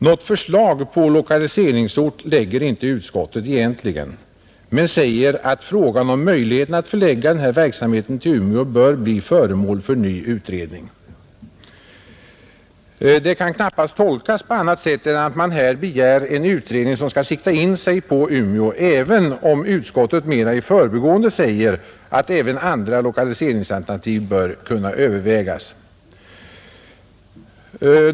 Något förslag om lokaliseringsort lägger egentligen inte utskottet, men man säger att ”frågan om möjligheten att förlägga verksamheterna till Umeå bör bli föremål för ytterligare utredning”. Detta kan knappast tolkas på annat sätt än att man begär en utredning som skall sikta in sig på Umeå, även om utskottet mera i förbigående säger att också andra lokaliseringsalternativ bör kunna övervägas.